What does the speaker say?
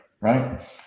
right